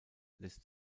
lässt